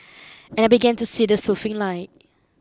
and I began to see the soothing light